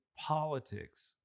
politics